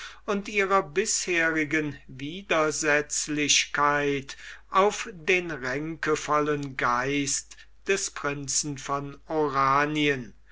und ihrer bisherigen widersetzlichkeit auf den ränkevollen geist des prinzen von oranien